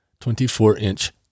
24-inch